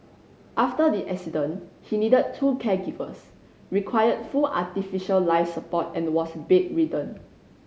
after the accident he needed two caregivers required full artificial life support and was bedridden